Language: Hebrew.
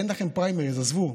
אין לכם פריימריז, עזבו.